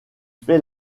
fait